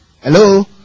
Hello